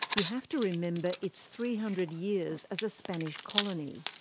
you have to remember its three hundred years as a spanish colony.